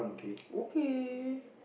okay